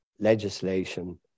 legislation